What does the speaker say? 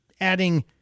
adding